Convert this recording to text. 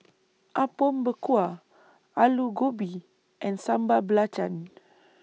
Apom Berkuah Aloo Gobi and Sambal Belacan